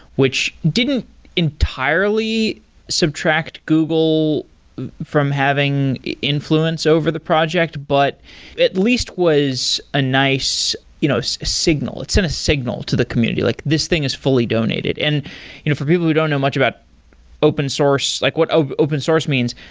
which didn't entirely subtract google from having influence over the project, but at least was a nice you know so signal. it's in a signal to the community. like this thing is fully donated and you know for people who don't know much about open source, like what ah open source means,